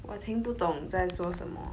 我听不懂在说什么